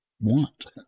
want